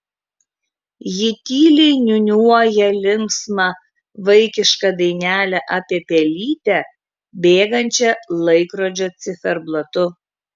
ji tyliai niūniuoja linksmą vaikišką dainelę apie pelytę bėgančią laikrodžio ciferblatu